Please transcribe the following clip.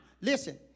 listen